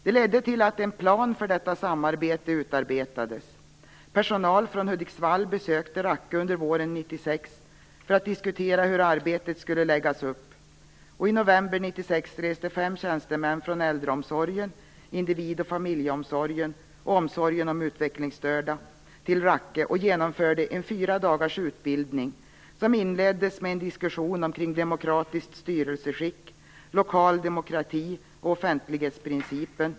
Det ledde till att en plan för detta samarbete utarbetades. Personal från Hudiksvall besökte Rakke under våren 1996 för att diskutera hur arbetet skulle läggas upp. I november 1996 reste fem tjänstemän från äldreomsorgen, individ och familjeomsorgen och omsorgen om utvecklingsstörda till Rakke. Där genomfördes en fyra dagars utbildning som inleddes med en diskussion om demokratiskt styrelseskick, lokal demokrati och offentlighetsprincipen.